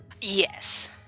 yes